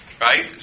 right